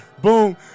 Boom